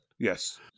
Yes